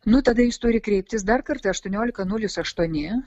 nu tada jis turi kreiptis dar kartą aštuoniolika nulis aštuoni